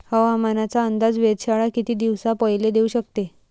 हवामानाचा अंदाज वेधशाळा किती दिवसा पयले देऊ शकते?